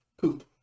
poop